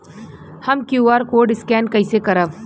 हम QR code scan कइसे करब?